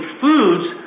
foods